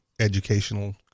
educational